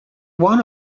want